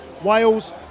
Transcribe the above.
Wales